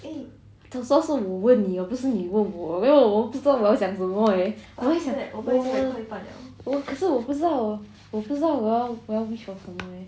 早说是我问你不是你问我因为我不知道要讲什么 eh 可是我不知道我不知道我要 wish for 什么 leh